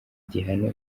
gihano